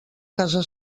casa